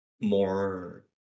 more